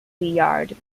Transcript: yard